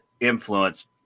influence